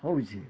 ହେଉଛିଁ